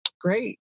great